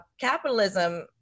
capitalism